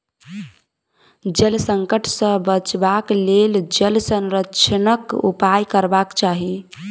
जल संकट सॅ बचबाक लेल जल संरक्षणक उपाय करबाक चाही